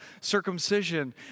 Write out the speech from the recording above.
circumcision